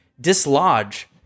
dislodge